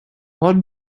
what